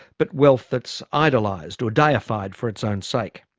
but wealth that's idolised or deified for its own sake.